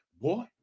boy